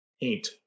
paint